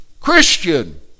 Christian